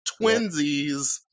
twinsies